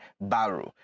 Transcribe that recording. Baru